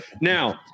Now